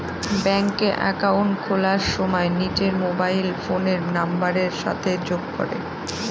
ব্যাঙ্কে একাউন্ট খোলার সময় নিজের মোবাইল ফোনের নাম্বারের সাথে যোগ করে